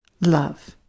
Love